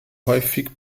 häufig